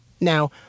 Now